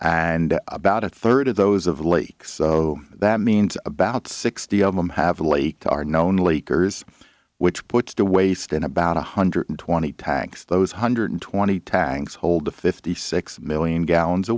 and about a third of those of lakes so that means about sixty of them have a lake to our known leakers which puts the waste in about one hundred twenty tanks those hundred twenty tags hold a fifty six million gallons a